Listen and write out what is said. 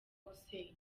gusenya